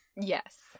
Yes